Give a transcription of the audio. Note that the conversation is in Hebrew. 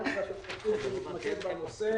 נתמקד בנושא.